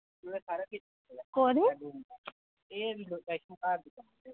कोह्दे